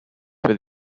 for